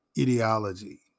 ideology